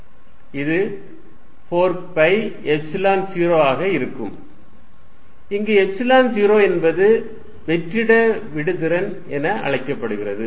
இது 4 pi epsilon 0 ஆக இருக்கும் இங்கு எப்சிலன் 0 என்பது வெற்றிட விடுதிறன் என அழைக்கப்படுகிறது